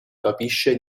capisce